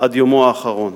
עד יומו האחרון.